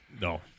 No